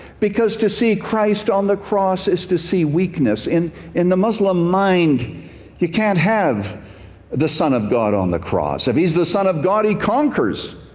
because to see christ on the cross is to see weakness. in in the muslim mind you can't have the son of god on the cross. if he's the son of god he conquers.